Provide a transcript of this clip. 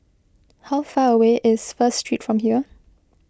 how far away is First Street from here